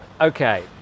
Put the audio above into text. Okay